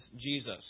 Jesus